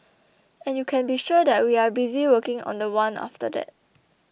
and you can be sure that we are busy working on the one after that